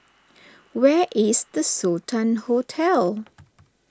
where is the Sultan Hotel